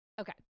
Okay